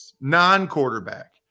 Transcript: non-quarterback